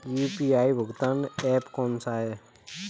UPI भुगतान app कौन सा है?